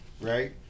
right